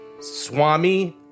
Swami